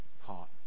heart